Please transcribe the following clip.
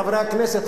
חברי הכנסת,